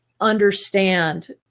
understand